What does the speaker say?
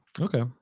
Okay